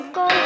go